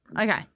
Okay